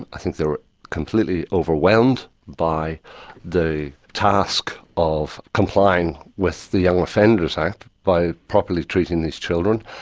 i think they were completely overwhelmed by the task of complying with the young offenders act by properly treating these children,